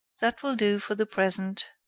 that will do for the present.